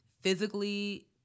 Physically